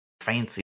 fancy